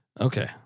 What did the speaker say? Okay